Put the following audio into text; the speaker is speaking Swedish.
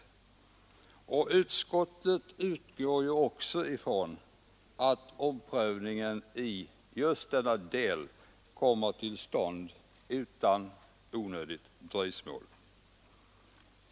Utskottet utgår också ifrån att omprövningen i just denna del kommer till stånd utan onödigt dröjsmål.